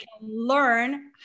learn